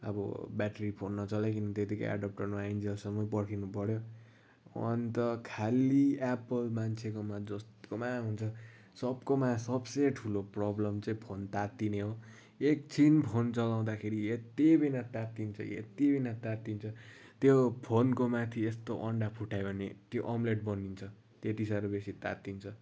अब battery phone न चलाइकिन त्यतिकै एडप्टर नआइन्जेलसम्म पर्खिनुपऱ्यो अन्त खालि एप्पल मान्छेकोमा जसकोमा हुन्छ सबकोमा सबसे ठुलो प्रोब्लम चाहिँ फोन तातिने हो एकछिन फोन चलाउँदाखेरि यति बिघ्न तातिन्छ कि यति बिघ्न तातिन्छ त्यो फोनको माथि यस्तो अन्डा फुटायो भने त्यो अमलेट बनिन्छ त्यति साह्रो बेसी तातिन्छ